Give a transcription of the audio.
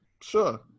sure